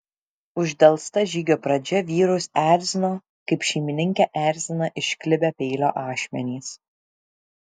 uždelsta žygio pradžia vyrus erzino kaip šeimininkę erzina išklibę peilio ašmenys